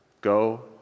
go